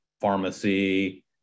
pharmacy